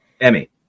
emmy